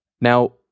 Now